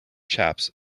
chaps